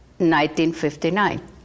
1959